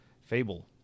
Fable